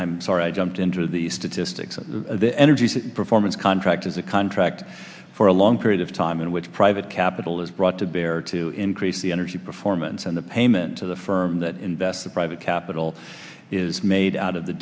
i'm sorry i jumped into the statistics of the energy performance contract is a contract for a long period of time in which private capital is brought to bear to increase the energy performance and the payment to the firm that invests the private capital is made out of the